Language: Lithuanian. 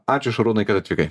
ačiū šarūnai kad atvykai